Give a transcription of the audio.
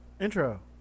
Intro